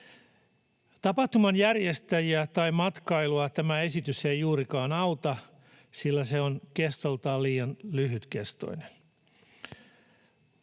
Tapahtumajärjestäjiä tai matkailua tämä esitys ei juurikaan auta, sillä se on kestoltaan liian lyhyt.